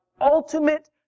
ultimate